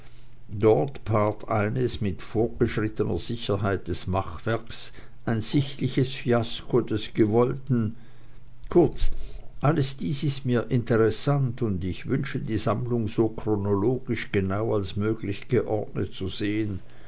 dort paart eines mit vorgeschrittener sicherheit des machwerks ein sichtliches fiasko des gewollten kurz alles dies ist mir interessant und ich wünschte die sammlung so chronologisch genau als möglich geordnet zu sehen